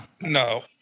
No